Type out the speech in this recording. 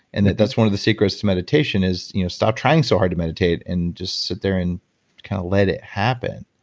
and that's one of the secrets to meditation is you know stop trying so hard to meditate and just sit there and kind of let it happen.